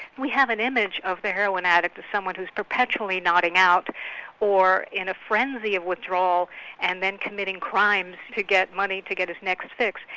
we have an image of the heroin addict as someone who is perpetually nodding out or in a frenzy of withdrawal and then committing crimes to get money to get his next fix.